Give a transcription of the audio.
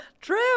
True